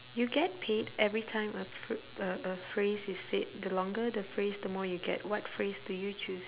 you get paid every time a p~ uh a phrase is said the longer the phrase the more you get what phrase do you choose